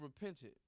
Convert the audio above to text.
repented